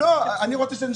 אם אלה